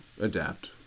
adapt